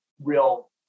real